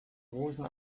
großen